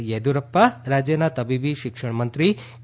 યેદીયુરપ્પા રાજ્યના તબીબી શિક્ષણ મંત્રી કે